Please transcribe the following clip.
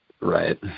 right